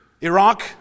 Iraq